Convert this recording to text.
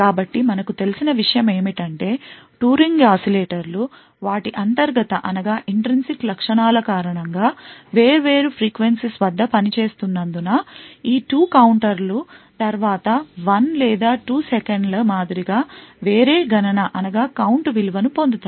కాబట్టి మనకు తెలిసిన విషయం ఏమిటంటే 2 రింగ్ oscillator లు వాటి అంతర్గత లక్షణాల కారణంగా వేర్వేరుfrequenices వద్ద పనిచేస్తున్నందున ఈ 2 కౌంటర్లు తరువాత 1 లేదా 2 సెకన్ల మాదిరిగా వేరే గణన విలువను పొందుతాయి